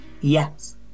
Yes